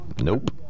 Nope